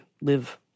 live